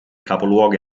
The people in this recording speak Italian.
capoluogo